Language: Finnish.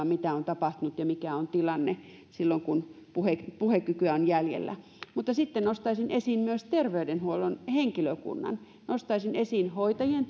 mitä on tapahtunut ja mikä on tilanne silloin kun puhekykyä puhekykyä on jäljellä mutta sitten nostaisin esiin myös terveydenhuollon henkilökunnan nostaisin esiin hoitajien